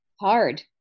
hard